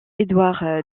édouard